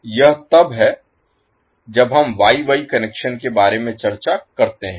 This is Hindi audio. यह तब है जब हम वाई वाई कनेक्शन के बारे में चर्चा करते हैं